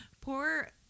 poor